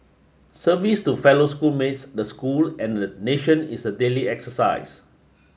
service to fellow school mates the school and the nation is a daily exercise